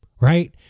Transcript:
right